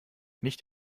nicht